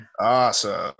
Awesome